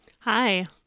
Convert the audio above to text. Hi